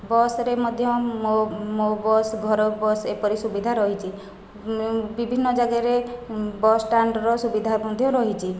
ବସ୍ରେ ମଧ୍ୟ ମୋ ମୋ ବସ୍ ଘରୋଇ ବସ୍ ଏପରି ସୁବିଧା ରହିଛି ବିଭିନ୍ନ ଜାଗାରେ ବସ୍ଷ୍ଟାଣ୍ଡର ସୁବିଧା ମଧ୍ୟ ରହିଛି